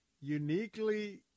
uniquely